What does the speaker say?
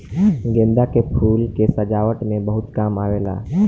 गेंदा के फूल के सजावट में बहुत काम आवेला